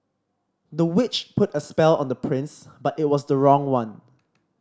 the witch put a spell on the prince but it was the wrong one